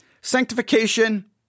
Sanctification